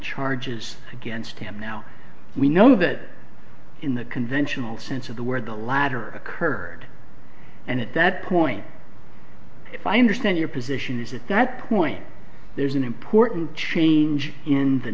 charges against him now we know that in the conventional sense of the word the latter occurred and at that point if i understand your position is at that point there's an important change in the